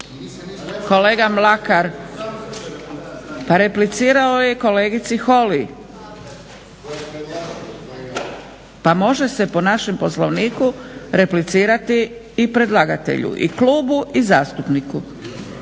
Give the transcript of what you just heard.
Kolega Mlakar, pa replicirao je kolegici Holy. … /Upadica se ne razumije./ … Pa može se po našem Poslovniku replicirati i predlagatelju i klubu i zastupniku.